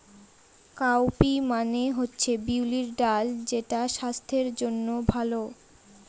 cowpea মানে হচ্ছে বিউলির ডাল যেটা স্বাস্থ্যের জন্য ভালো